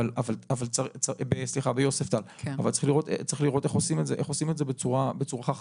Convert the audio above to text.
אבל צריך לראות איך עושים את זה בצורה חכמה.